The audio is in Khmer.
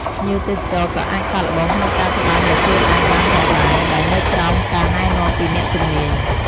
ភ្ញៀវទេសចរណ៍ក៏អាចសាកល្បងក្នុងការត្បាញដោយខ្លួនឯងបានផងដែរ ដែលនៅក្រោមការណែនាំពីអ្នកជំនាញ។